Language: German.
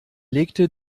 legte